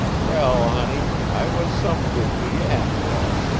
well, honey i was some good to ye, after all,